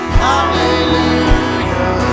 hallelujah